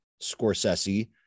Scorsese